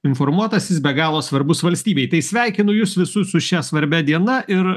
informuotas jis be galo svarbus valstybei tai sveikinu jus visus su šia svarbia diena ir